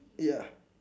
ya